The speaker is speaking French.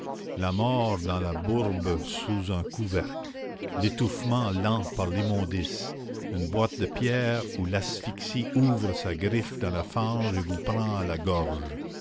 la mort dans la bourbe sous un couvercle l'étouffement lent par l'immondice une boîte de pierre où l'asphyxie ouvre sa griffe dans la fange et vous prend à la gorge